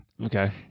Okay